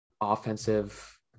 offensive